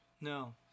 No